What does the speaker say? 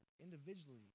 individually